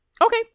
Okay